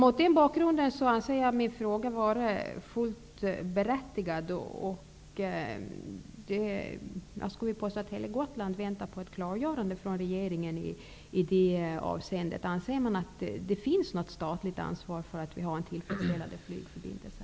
Mot den bakgrunden anser jag min fråga vara fullt berättigad. Jag kan nog påstå att hela Gotland väntar på ett klargörande från regeringen i det avseendet. Anser kommunikationsministern att det finns ett statligt ansvar för att vi skall ha en tillfredsställande flygförbindelse?